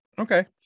Okay